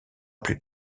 plus